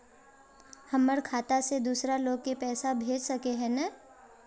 हमर खाता से दूसरा लोग के पैसा भेज सके है ने?